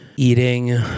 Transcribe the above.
Eating